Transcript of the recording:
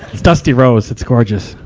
it's dusty rose. it's gorgeous.